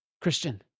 Christian